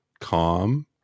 calm